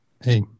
hey